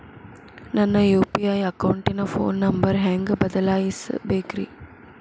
ನನ್ನ ಯು.ಪಿ.ಐ ಅಕೌಂಟಿನ phone number ಹೆಂಗ್ ಬದಲಾಯಿಸ ಬೇಕ್ರಿ?